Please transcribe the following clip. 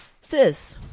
Sis